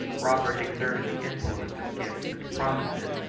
robert exerted the influence of gifts and promises,